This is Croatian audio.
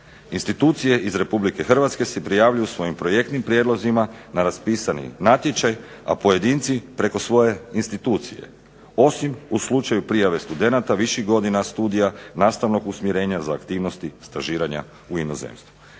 Institucije iz Republike Hrvatske se prijavljuju svojim projektnim prijedlozima na raspisani natječaj, a pojedinci preko svoje institucije osim u slučaju prijave studenata viših godina studija nastavnog usmjerenja za aktivnosti stažiranja u inozemstvu.